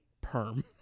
perm